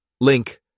Link